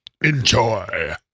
enjoy